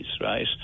right